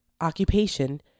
occupation